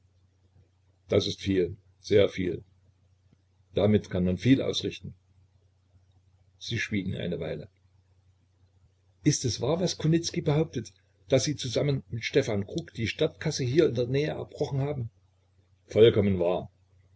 das ist viel sehr viel damit kann man viel ausrichten sie schwiegen eine weile ist es wahr was kunicki behauptet daß sie zusammen mit stefan kruk die stadtkasse hier in der nähe erbrochen haben vollkommen wahr